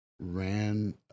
ran